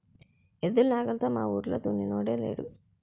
ఎద్దులు నాగలితో మావూరిలో దున్నినోడే లేడు